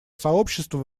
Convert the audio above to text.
сообщества